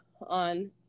on